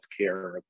healthcare